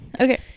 Okay